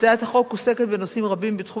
הצעת החוק עוסקת בנושאים רבים בתחום